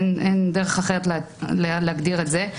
אין דרך אחרת להגדיר את זה.